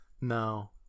No